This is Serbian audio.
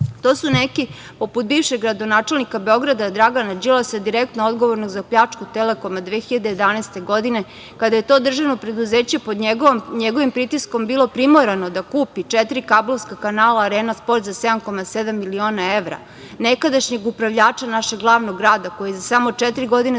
To su neki poput bivšeg gradonačelnika Beograda, Dragana Đilasa, direktno odgovornog za pljačku Telekoma 2011. godine kada je to državno preduzeće pod njegovim pritiskom bilo primorano da kupi četiri kablovska kanala Arena sport za 7,7 miliona evra, nekadašnjeg upravljača našeg glavnog grada koji za samo četiri godine je zaradio